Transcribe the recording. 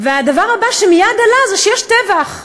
והדבר הבא שמייד עלה זה שיש טבח.